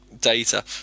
data